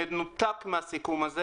במנותק מהסיכום הזה